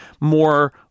more